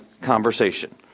conversation